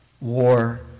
war